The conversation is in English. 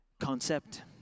concept